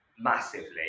massively